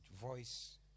voice